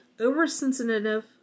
oversensitive